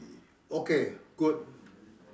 okay good